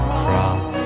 cross